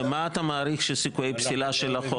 ומה אתה מעריך שיהיו סיכויי הפסילה של החוק?